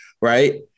right